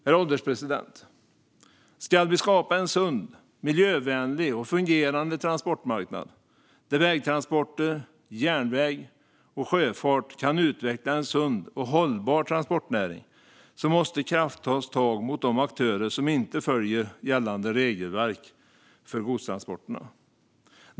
Herr ålderspresident! Om vi ska skapa en sund, miljövänlig och fungerande transportmarknad där vägtransporter, järnväg och sjöfart kan utveckla en sund och hållbar transportnäring måste krafttag tas mot de aktörer som inte följer gällande regelverk för godstransporter.